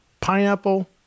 pineapple